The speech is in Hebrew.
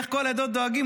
איך לכל העדות דואגים?